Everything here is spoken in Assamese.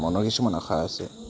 মনৰ কিছুমান আশা আছে